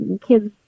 kids